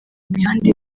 imihanda